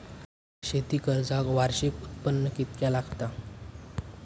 शेती कर्जाक वार्षिक उत्पन्न कितक्या लागता?